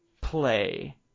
play